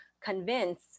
convince